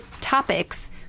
topics